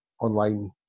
online